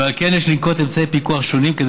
ועל כן יש לנקוט אמצעי פיקוח שונים כדי